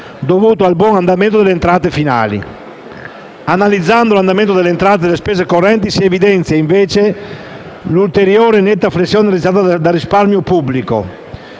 dovuto al buon andamento delle entrate finali. Analizzando l'andamento delle entrate e delle spese correnti, si evidenzia, invece, l'ulteriore netta flessione registrata dal risparmio pubblico